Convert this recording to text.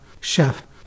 chef